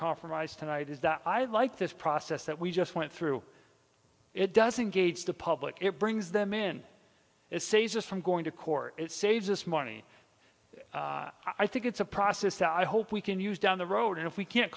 compromise tonight is that i like this process that we just went through it doesn't gauge the public it brings them in a series is from going to court it saves us money i think it's a process that i hope we can use down the road and if we can't